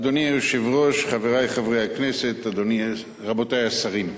אדוני היושב-ראש, חברי חברי הכנסת, רבותי השרים,